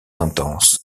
intense